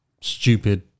stupid